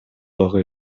дагы